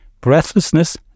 Breathlessness